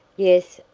yes,